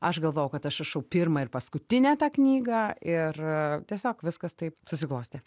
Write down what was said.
aš galvojau kad aš rašau pirmą ir paskutinę tą knygą ir tiesiog viskas taip susiklostė